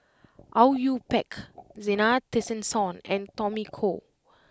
Au Yue Pak Zena Tessensohn and Tommy Koh